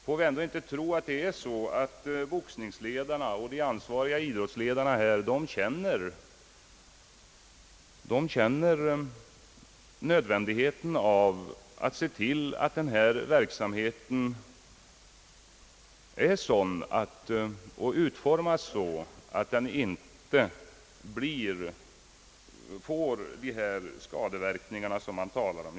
Får vi ändå inte tro att boxningsledarna och de ansvariga idrottsledarna här känner nödvändigheten av att se till att denna verksamhet utformas så att den inte får de skadeverkningar man talar om.